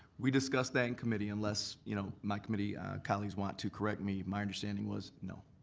we discussed that in committee, unless you know my committee colleagues want to correct me, my understanding was no.